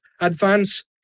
advance